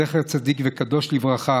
זכר צדיק וקדוש לברכה.